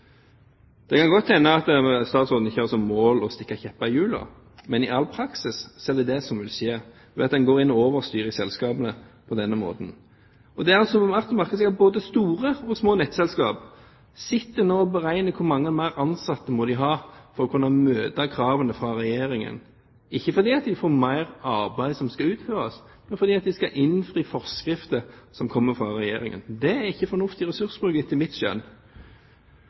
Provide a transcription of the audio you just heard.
Det kan godt hende at statsråden ikke har som mål å stikke kjepper i hjulene. Men i all praksis er det det som vil skje ved at en går inn og overstyrer selskapene på denne måten. Det er altså verdt å merke seg at både store og små nettselskap nå sitter og beregner hvor mange flere ansatte de må ha for å møte kravene fra Regjeringen, ikke fordi de får mer arbeid som skal utføres, men fordi de skal innfri krav i forskrifter som kommer fra Regjeringen. Det er ikke fornuftig ressursbruk, etter mitt skjønn.